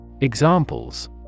Examples